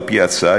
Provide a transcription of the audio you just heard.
על-פי ההצעה,